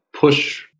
push